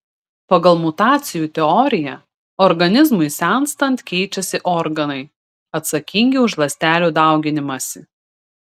pagal mutacijų teoriją organizmui senstant keičiasi organai atsakingi už ląstelių dauginimąsi